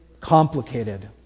complicated